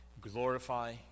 glorify